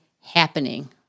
happening